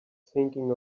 thinking